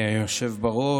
אדוני היושב בראש,